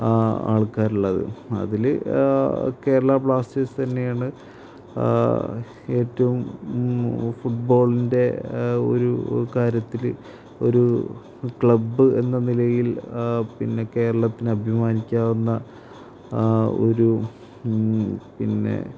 ആൾക്കാരുള്ളത് അതില് കേരള ബ്ലാസ്റ്റേഴ്സ് തന്നെയാണ് ഏറ്റവും ഫുട്ബോളിന്റ്റെ കാര്യത്തില് ഒരു ക്ലബ് എന്ന നിലയിൽ പിന്നെ കേരളത്തിന് അഭിമാനിക്കാവുന്ന ഒരു പിന്നെ